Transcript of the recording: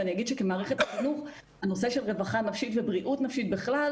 ואני אגיד שכמערכת החינוך הנושא של רווחה נפשית ובריאות נפשית בכלל,